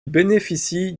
bénéficie